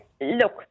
Look